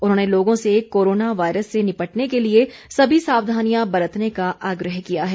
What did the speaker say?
उन्होंने लोगों से कोरोना वायरस से निपटने के लिए सभी सावधानियां बरतने का आग्रह किया है